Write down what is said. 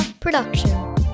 production